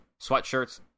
sweatshirts